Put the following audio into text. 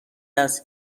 است